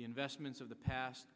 investments of the past